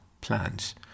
plans